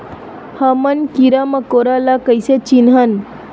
हमन कीरा मकोरा ला कइसे चिन्हन?